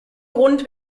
grund